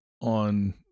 on